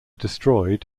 destroyed